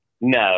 No